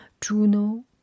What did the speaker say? Juno